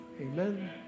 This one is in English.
amen